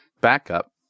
backup